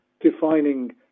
defining